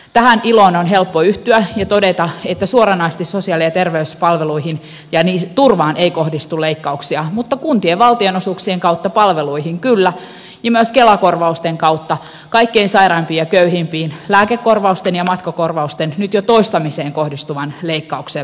tähän iloon on helppo yhtyä ja todeta että suoranaisesti sosiaali ja terveyspalveluihin ja turvaan ei kohdistu leikkauksia mutta kuntien valtionosuuksien kautta palveluihin kyllä ja myös kela korvausten kautta kaikkein sairaimpien ja köyhimpien lääkekorvauksiin ja matkakorvauksiin nyt jo toistamiseen kohdistuvan leikkauksen vuoksi